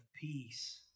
peace